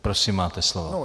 Prosím, máte slovo.